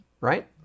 right